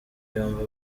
yombi